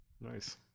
Nice